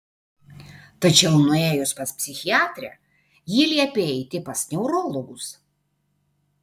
tačiau nuėjus pas psichiatrę ji liepė eiti pas neurologus